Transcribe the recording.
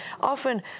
often